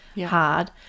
hard